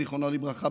זיכרונו לברכה,